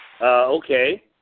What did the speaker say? okay